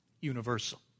universal